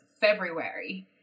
February